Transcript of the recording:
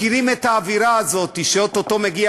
מכירים את האווירה הזאת שאו-טו-טו מגיע